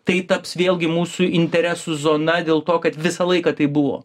tai taps vėlgi mūsų interesų zona dėl to kad visą laiką tai buvo